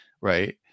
Right